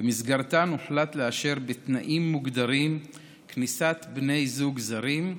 ובמסגרתן הוחלט לאשר בתנאים מוגדרים כניסת בני זוג זרים,